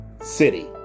city